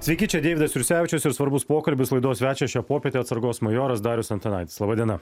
sveiki čia deividas jursevičius ir svarbus pokalbis laidos svečias šią popietę atsargos majoras darius antanaitis laba diena